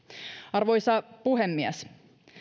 arvoisa puhemies